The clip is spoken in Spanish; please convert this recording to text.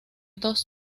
dos